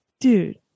dude